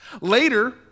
Later